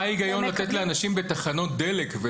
מה ההיגיון לתת לאנשים בתחנות דלק עבודה